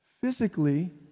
Physically